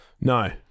No